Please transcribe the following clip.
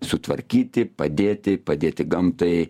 sutvarkyti padėti padėti gamtai